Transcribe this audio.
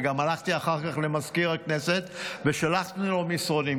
וגם הלכתי אחר כך למזכיר הכנסת ושלחנו לו מסרונים.